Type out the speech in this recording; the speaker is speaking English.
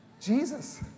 Jesus